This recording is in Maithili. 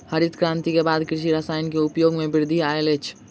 हरित क्रांति के बाद कृषि रसायन के उपयोग मे वृद्धि आयल अछि